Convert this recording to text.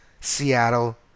Seattle